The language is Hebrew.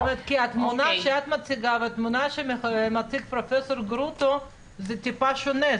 כי התמונה שאת מציגה והתמונה שמציג פרופ' גרוטו זה טיפה שונה.